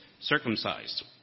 circumcised